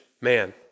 man